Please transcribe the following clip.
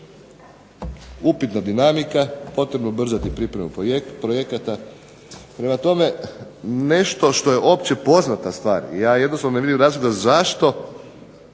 upitna dinamika, potrebno ubrzati pripremu projekata. Prema tome, nešto što je opće poznata stvar, ja jednostavno ne vidim razloga zašto